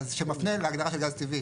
אז כתוב גז טבעי, שמפנה להגדרה של גז טבעי.